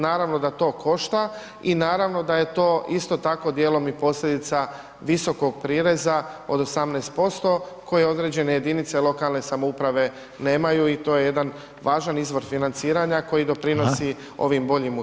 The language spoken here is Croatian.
Naravno da to košta i naravno da je to isto tako dijelom i posljedica visokog prireza od 18% koji određene jedinice lokalne samouprave nemaju i to je jedan važan izvor financiranja koji doprinosi ovim boljim uslugama.